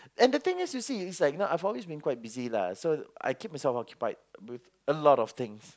and the things is you see I have always been quite busy lah so I keep myself occupied with a lot of things